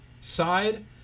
side